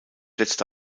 letzte